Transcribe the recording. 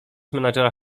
menadżera